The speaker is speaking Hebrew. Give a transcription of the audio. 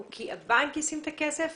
זה כי הבנק ישים את הכסף?